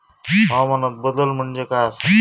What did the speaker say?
हवामान बदल म्हणजे काय आसा?